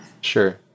Sure